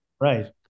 right